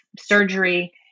surgery